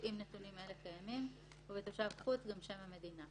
גם אם זה שירות בסכום נמוך,